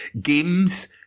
games